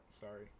sorry